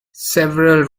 several